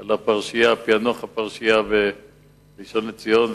על פענוח הפרשייה בראשון-לציון.